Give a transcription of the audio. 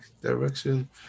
direction